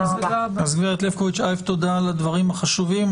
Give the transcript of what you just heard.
תודה על הדברים החשובים.